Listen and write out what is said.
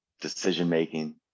Decision-making